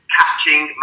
catching